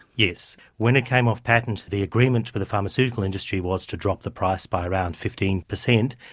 yes. when it came off patent, the agreement with the pharmaceutical industry was to drop the price by around fifteen percent.